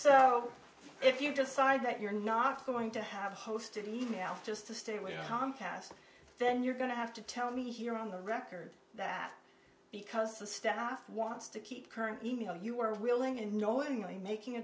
so if you decide that you're not going to have hosted mail just to stay with comcast then you're going to have to tell me here on the record that because the staff wants to keep current e mail you are willing and knowingly making a